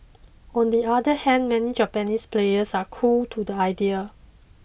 on the other hand many Japanese players are cool to the idea